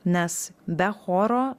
nes be choro